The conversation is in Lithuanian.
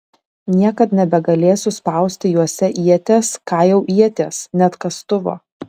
niekad nebegalėsiu spausti juose ieties ką jau ieties net kastuvo